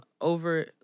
over